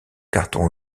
cartons